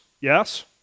yes